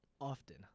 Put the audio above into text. often